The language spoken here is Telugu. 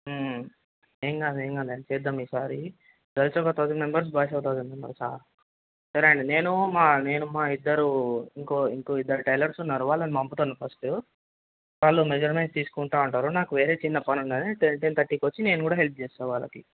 ఏం కాదు ఏం కాదు లెండి చేద్దాం ఈసారి గల్స్ ఒక తౌజండ్ మెంబర్స్ బాయ్స్ ఒక తౌజండ్ మెంబర్సా సరే అండి నేను మా నేను మా ఇద్దరూ ఇంకో ఇంకో ఇద్దరు టైలర్స్ ఉన్నారు వాళ్ళని పంపుతాను ఫస్ట్ వాళ్ళు మెజర్మెంట్స్ తీసుకుంటూ ఉంటారు నాకు వేరే చిన్న పని ఉన్నది నేను టెన్ టెన్ తర్టీకి వచ్చి నేను కూడా హెల్ప్ చేస్తాను వాళ్ళకి